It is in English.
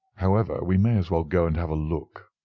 however, we may as well go and have a look.